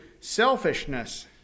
selfishness